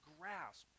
grasp